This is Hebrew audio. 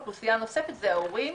והאוכלוסיה הנוספת זה ההורים.